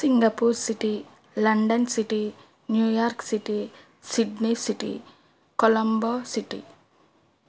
Singapore city London city New York City Sydney city Colombo city